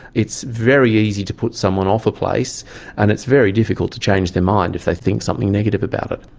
it's very easy to put someone off a place and it's very difficult to change their mind if they think something negative about it.